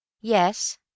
Yes